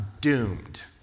doomed